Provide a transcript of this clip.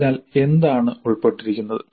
അതിൽ എന്താണ് ഉൾപ്പെട്ടിരിക്കുന്നത്